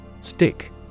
Stick